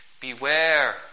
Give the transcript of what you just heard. Beware